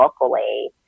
locally